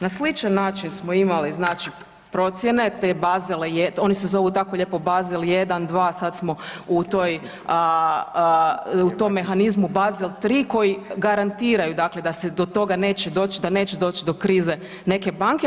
Na sličan način smo imali znači procjene te Basel, oni se zovu tako lijepo Basel 1, 2, sad smo u toj, u tom mehanizmu Basel 3 koji garantiraju, dakle da se do toga neće doć, da neće doć do krize neke banke.